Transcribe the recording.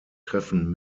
treffen